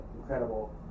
incredible